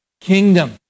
kingdom